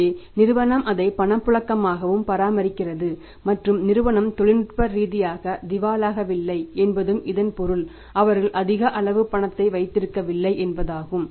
எனவே நிறுவனம் அதை பணப்புழக்கமாகவும் பராமரிக்கிறது மற்றும் நிறுவனம் தொழில்நுட்ப ரீதியாக திவாலாகவில்லை என்பதும் இதன் பொருள் அவர்கள் அதிக அளவு பணத்தை வைத்திருக்கவில்லை என்பதாகும்